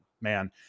man